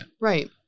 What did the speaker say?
Right